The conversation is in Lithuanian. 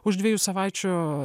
už dviejų savaičių